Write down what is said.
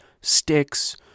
sticks